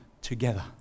together